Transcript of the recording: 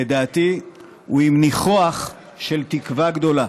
לדעתי, הוא עם ניחוח של תקווה גדולה.